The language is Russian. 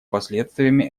последствиями